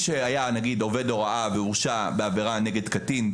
שהיה נגיד עובד הוראה והורשע בעבירה נגד קטין,